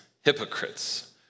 hypocrites